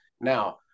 Now